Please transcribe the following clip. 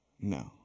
No